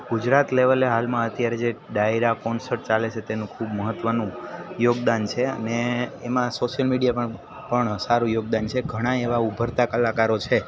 ગુજરાત લેવલે હાલમાં અત્યારે જે ડાયરા કોન્સર્ટ ચાલે છે તેનો ખૂબ મહત્ત્વનું યોગદાન છે ને એમાં સોસિયલ મીડિયામાં પણ સારું યોગદાન છે ઘણા એવાં ઊભરતા કલાકારો છે